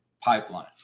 pipeline